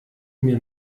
mir